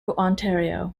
ontario